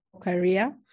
career